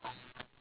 ya